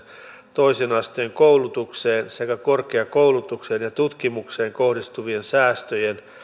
toisen asteen koulutukseen sekä korkeakoulutukseen ja tutkimukseen kohdistuvien säästöjen